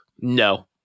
no